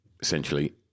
Essentially